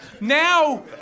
now